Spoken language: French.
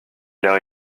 l’air